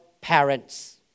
parents